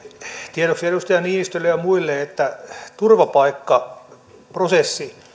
tiedoksi edustaja niinistölle ja muille että turvapaikkaprosessi